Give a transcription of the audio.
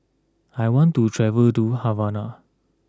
I want to travel to Havana